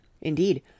Indeed